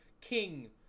king